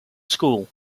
school